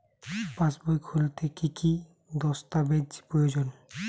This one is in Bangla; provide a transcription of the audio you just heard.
পাসবই খুলতে কি কি দস্তাবেজ প্রয়োজন?